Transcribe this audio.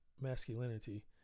masculinity